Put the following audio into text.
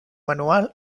manual